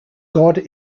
god